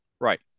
right